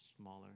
smaller